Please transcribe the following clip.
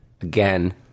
again